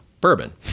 bourbon